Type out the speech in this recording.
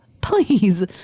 please